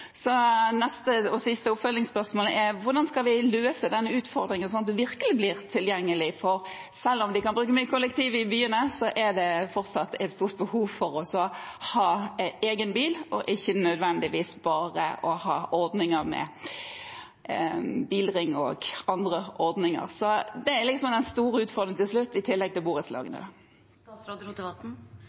siste oppfølgingsspørsmål er: Hvordan skal vi løse denne utfordringen så det virkelig blir tilgjengelig? Selv om de kan bruke mye kollektivtrafikk i byene, er det fortsatt et stort behov for å ha egen bil og ikke nødvendigvis bare å ha ordninger med bilring og andre ordninger. Så det er den store utfordringen til slutt – i tillegg til borettslagene.